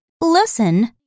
Listen